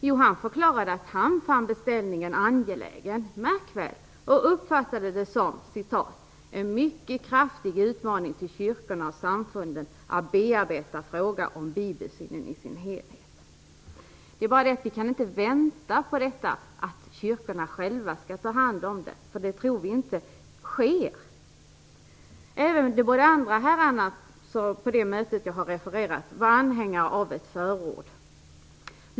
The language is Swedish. Jo, han förklarade att han fann beställningen angelägen - märk väl - och uppfattade det som "en mycket kraftig utmaning till kyrkorna och samfunden att bearbeta frågan om bibelsynen i sin helhet". Det är bara det att vi inte kan vänta på att kyrkorna själva skall ta hand om detta, för det tror vi inte sker. Även de båda andra herrarna på det möte som jag har refererat var anhängare av ett förord.